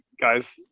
guys